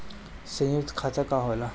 सयुक्त खाता का होला?